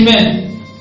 Amen